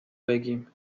بگیم